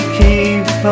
keep